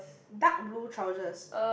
dark blue trousers